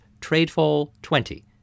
TRADEFALL20